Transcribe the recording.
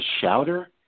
shouter